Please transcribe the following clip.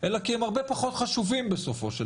אלא כי הם הרבה פחות חשובים בסופו של